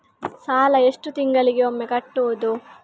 ಸಾಲ ಎಷ್ಟು ತಿಂಗಳಿಗೆ ಒಮ್ಮೆ ಕಟ್ಟುವುದು?